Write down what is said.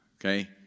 Okay